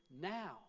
now